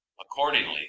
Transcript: Accordingly